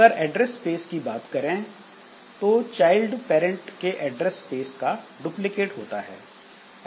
अगर address space की बात करें तो चाइल्ड पैरेंट के ऐड्रेस स्पेस का डुप्लीकेट होता है